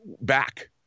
back